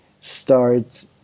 start